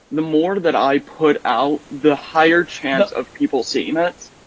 the more that i put out, the higher chance of people seeing it?